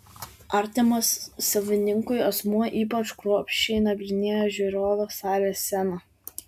artimas savininkui asmuo ypač kruopščiai nagrinėja žiūrovų salės sceną